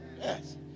Yes